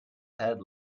head